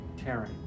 Taryn